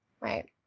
Right